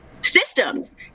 systems